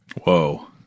Whoa